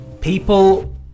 people